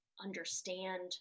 understand